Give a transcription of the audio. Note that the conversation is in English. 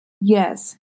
Yes